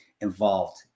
involved